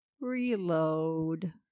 Reload